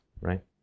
right